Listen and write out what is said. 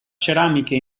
ceramiche